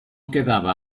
quedava